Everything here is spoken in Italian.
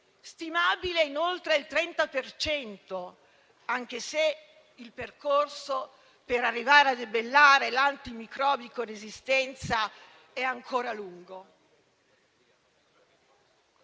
stimabile in oltre il 30 per cento, anche se il percorso per arrivare a debellare l'antimicrobico-resistenza è ancora lungo.